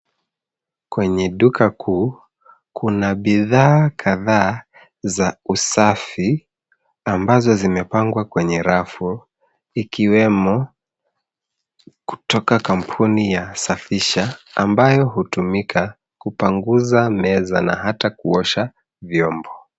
Kwenye duka kuu, kuna bidhaa kadhaa za usafi ambazo zimepangwa kwenye rafu ikiwemo kutoka kampuni ya Safisha ambayo hutumika kupanguza meza na hata kuosha vyombo.